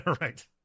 Right